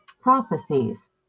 Prophecies